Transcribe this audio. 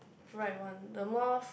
right one the more